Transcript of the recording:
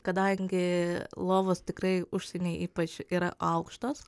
kadangi lovos tikrai užsieny ypač yra aukštos